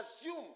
assume